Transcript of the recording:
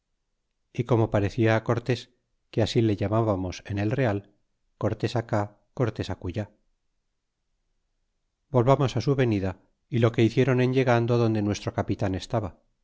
y como parecia cortés que así le llamábamos en el real cortés acá cortés acullá volvamos su venida y lo que hiciéron en llegando donde nuestro capitan estaba